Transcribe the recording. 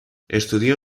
estudió